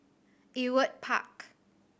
Ewart Park